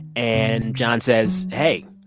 and jon says, hey,